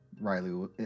Riley